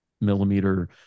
millimeter